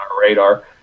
radar